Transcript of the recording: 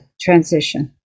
transition